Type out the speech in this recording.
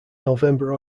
november